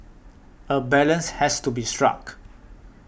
a balance has to be struck